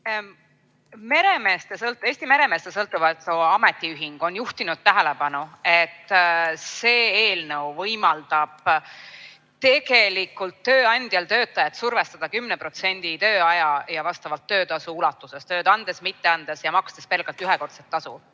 Meremeeste Sõltumatu Ametiühing on juhtinud tähelepanu, et see eelnõu võimaldab tegelikult tööandjal töötajat survestada 10% tööaja ja vastavalt töötasu ulatuses, tööd andes, mitte andes ja makstes pelgalt ühekordset tasu.